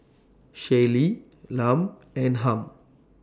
Shaylee Lum and Hamp